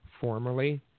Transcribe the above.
formerly